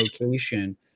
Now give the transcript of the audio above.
location